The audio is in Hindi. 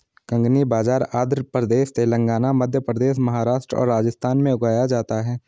कंगनी बाजरा आंध्र प्रदेश, तेलंगाना, मध्य प्रदेश, महाराष्ट्र और राजस्थान में उगाया जाता है